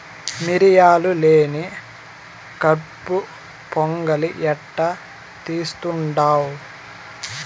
మిరియాలు లేని కట్పు పొంగలి ఎట్టా తీస్తుండావ్